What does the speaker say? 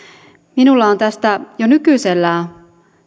minulla on tästä jo nykyisellään